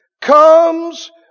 comes